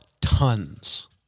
tons